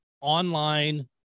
online